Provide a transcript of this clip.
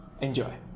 Enjoy